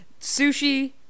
sushi